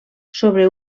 sobre